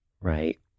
right